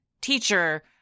teacher